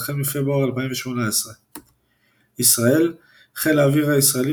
החל מפברואר 2018. ישראל ישראל – חיל האוויר הישראלי